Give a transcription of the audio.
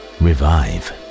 Revive